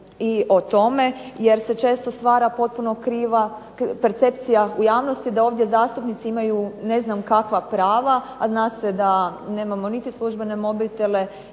i o tome, jer se često stvara potpuno kriva percepcija u javnosti da ovdje zastupnici imaju ne znam kakva prava, a zna se da nemamo niti službene mobitele